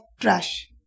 trash